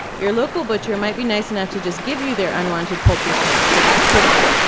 your local butcher might be nice enough to just give you their unwanted poultry skins, but act quickly.